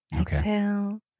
Exhale